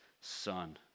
son